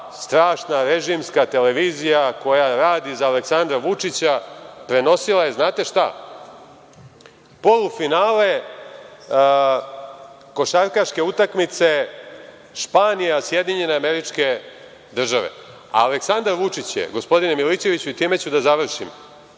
strašna režimska televizija, koja radi za Aleksandra Vučića, prenosila je, znate šta, polufinale košarkaške utakmice Španija – SAD. A Aleksandar Vučić je, gospodine Milićeviću, i time ću da završim,